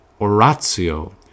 oratio